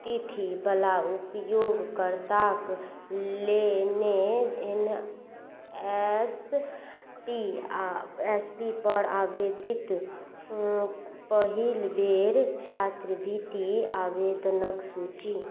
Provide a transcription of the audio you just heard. तिथिवला उपयोगकर्ताके लेने N S P आओर एस पी पर आवेदित पहिल बेर छात्रवृति आवेदनके सूची